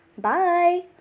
Bye